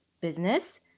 business